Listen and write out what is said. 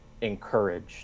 encouraged